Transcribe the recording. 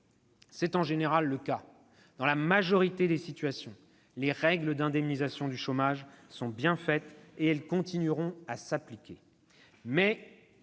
C'est en général le cas. Dans la majorité des situations, les règles d'indemnisation sont bien faites et elles continueront à s'appliquer.